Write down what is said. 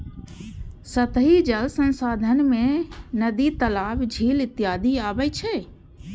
सतही जल संसाधन मे नदी, तालाब, झील इत्यादि अबै छै